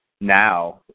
now